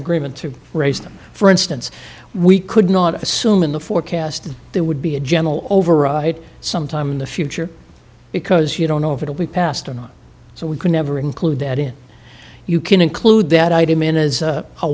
agreement to raise them for instance we could not assume in the forecast there would be a general override sometime in the future because you don't know if it'll be passed or not so we could never include that in you can include